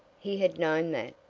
he had known that,